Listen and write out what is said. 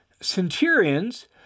Centurions